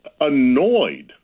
annoyed